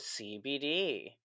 CBD